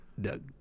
Doug